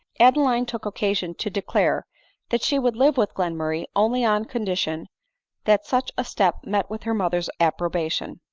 adeline took occasion to declare that she would live with glenmurray only on condition that such a step met with her mother's appro bation.